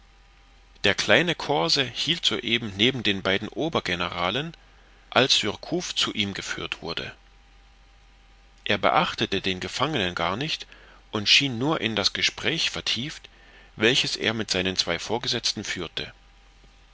der kleine corse hielt soeben neben den beiden obergeneralen als surcouf zu ihm geführt wurde er beachtete den gefangenen gar nicht und schien nur in das gespräch vertieft welches er mit seinen zwei vorgesetzten führte